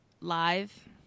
Live